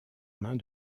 mains